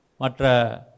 matra